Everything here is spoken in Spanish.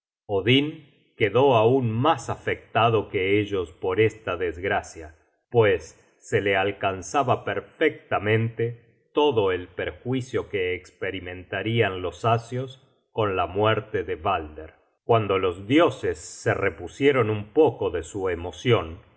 odin quedó aun mas afectado que ellos por esta desgracia pues se le alcanzaba perfectamente todo el perjuicio que esperimentarian los asios con la muerte de balder cuando los dioses se repusieron un poco de su emocion